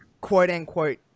quote-unquote